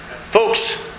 Folks